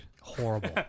Horrible